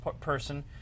person